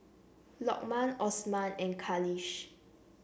Lokman Osman and Khalish